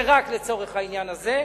ורק לצורך העניין הזה.